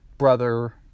brother